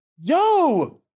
Yo